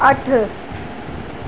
अठ